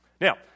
Now